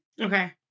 Okay